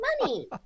money